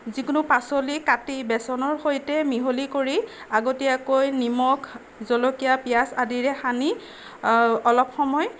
যিকোনো পাচলি কাটি বেচনৰ সৈতে মিহলি কৰি আগতীয়াকৈ নিমখ জলকীয়া পিঁয়াজ আদিৰে সানি অলপ সময়